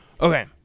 Okay